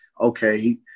Okay